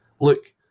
look